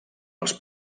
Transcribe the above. els